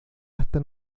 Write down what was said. hasta